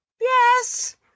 Yes